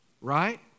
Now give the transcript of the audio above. right